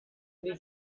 die